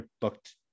booked